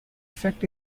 effect